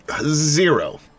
Zero